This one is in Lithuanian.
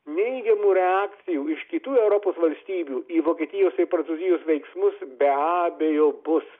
neigiamų reakcijų iš kitų europos valstybių į vokietijos ir prancūzijos veiksmus be abejo bus